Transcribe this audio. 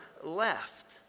left